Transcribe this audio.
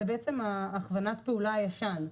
זאת בעצם "הכוונת הפעולה" הישנה.